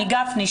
גפני,